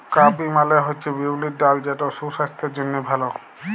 cowpea মালে হছে বিউলির ডাল যেট সুসাস্থের জ্যনহে ভাল